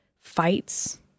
fights